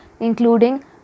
including